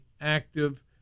active